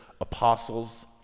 apostles